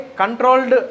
controlled